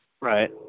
Right